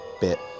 bit